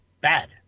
bad